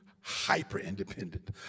hyper-independent